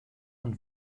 und